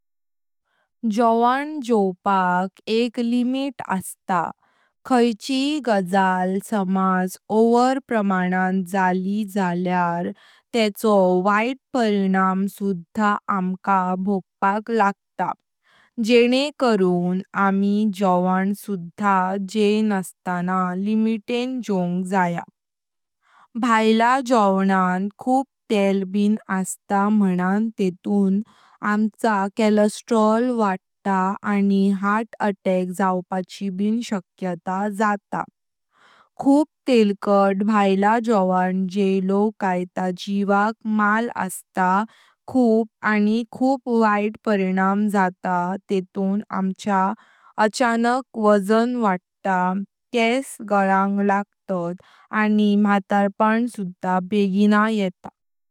जवन जोवपाक एक लिमिट अस्त। खाइचय गाजल समज ओवर प्रमाणां जाली जल्यार तेंचो वहीत परिणा सुधां आमकां भोवपाक लागत जने करून आमी जवन सुधां जतना लिमिटें जोवंग जाया। भायला जोवनान खूप तेल ब अस्तां मनां तेतुं आमचा कलेस्ट्रोल वसदता आनी हार्ट अटॅक जायपाची ब शक्त्या जाता। खूप तेलकात भायला जवन जेइलोव कायतां जीवाक माल अस्तां खूप आनी खूप वाईत परिणां जाता तेतुं आमचा अचानक वजन वाढता, केस गलांग लागतात, आनी मतरपण सुधां बेगिना येता।